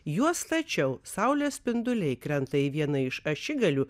juo stačiau saulės spinduliai krenta į vieną iš ašigalių